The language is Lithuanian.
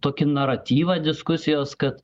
tokį naratyvą diskusijos kad